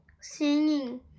singing